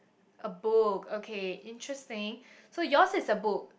a book okay interesting so yours is a book